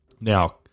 Now